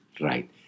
Right